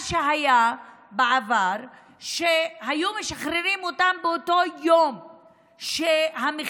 מה שהיה בעבר זה שהיו משחררים אותם באותו יום שהמכסה,